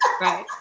Right